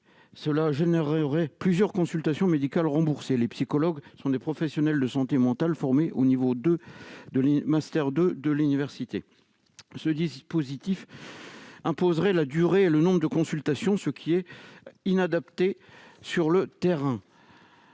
cela engendrerait plusieurs consultations médicales remboursées. Les psychologues sont des professionnels de santé mentale formés au niveau master 2 de l'université. Le dispositif proposé imposerait la durée et le nombre des consultations prévues, ce qui n'est pas adapté à la réalité